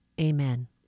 amen